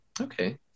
Okay